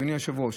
אדוני היושב-ראש.